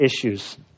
issues